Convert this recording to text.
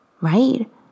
right